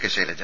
K Shailaja